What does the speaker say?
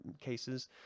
cases